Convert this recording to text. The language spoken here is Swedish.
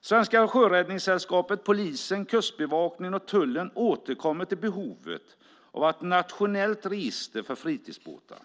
Svenska Sjöräddningssällskapet, polisen, Kustbevakningen och tullen återkommer till behovet av ett nationellt register för fritidsbåtar.